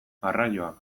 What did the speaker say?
arraioa